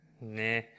Nah